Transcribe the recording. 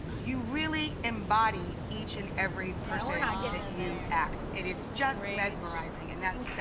you really embody each and every person that you act. it is just mesmerizing and that's